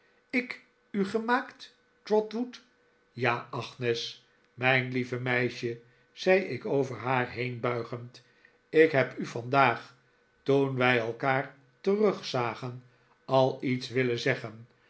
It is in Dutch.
k u gemaakt trotwood ja agnes mijn lieve meisje zei ik over haar heen buigend ik heb u vandaag toen wij elkaar terugzagen al iets willen zeggen